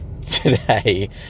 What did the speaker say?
today